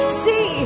see